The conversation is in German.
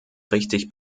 richtig